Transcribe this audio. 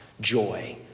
joy